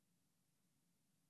על כך עוררין.